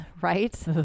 right